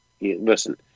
listen